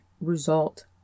result